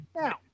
Now